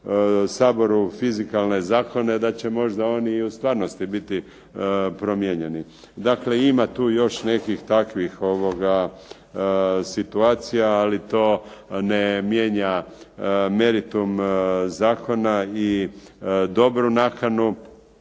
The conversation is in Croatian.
Saboru fizikalne zakone da će možda oni i u stvarnosti biti promijenjeni. Dakle ima tu još nekih takvih situacija, ali to ne mijenja meritum zakona i dobru nakanu,